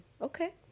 okay